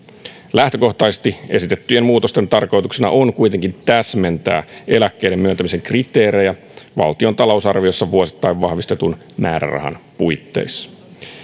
lähtökohtaisesti esitettyjen muutosten tarkoituksena on kuitenkin täsmentää eläkkeiden myöntämisen kriteerejä valtion talousarviossa vuosittain vahvistetun määrärahan puitteissa